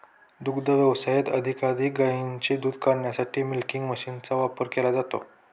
दुग्ध व्यवसायात अधिकाधिक गायींचे दूध काढण्यासाठी मिल्किंग मशीनचा वापर केला जातो